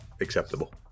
Acceptable